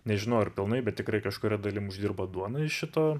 nežinau ar pilnai bet tikrai kažkuria dalim uždirbat duonai iš šito